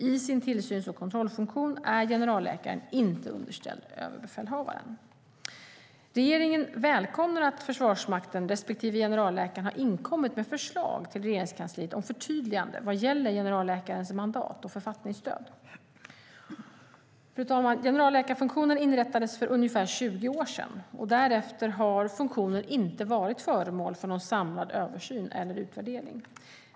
I sin tillsyns och kontrollfunktion är generalläkaren inte underställd överbefälhavaren. Regeringen välkomnar att Försvarsmakten respektive generalläkaren har inkommit med förslag till Regeringskansliet om förtydliganden vad gäller generalläkarens mandat och författningsstöd. Fru talman! Generalläkarfunktionen inrättades för ungefär 20 år sedan. Därefter har funktionen inte varit föremål för någon samlad översyn eller utvärdering.